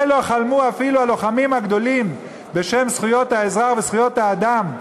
על זה לא חלמו אפילו הלוחמים הגדולים בשם זכויות האזרח וזכויות האדם,